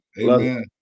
Amen